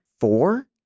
four